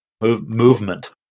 movement